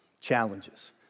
challenges